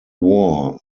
war